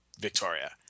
Victoria